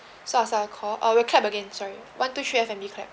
so I'll start a call uh recap again sorry one two three F and B clear